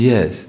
Yes